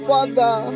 Father